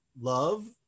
love